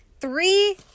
three